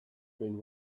been